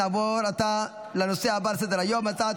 נעבור עתה לנושא הבא על סדר-היום: הצעת